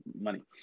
money